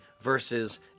versus